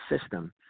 system